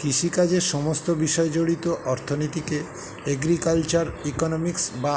কৃষিকাজের সমস্ত বিষয় জড়িত অর্থনীতিকে এগ্রিকালচারাল ইকোনমিক্স বা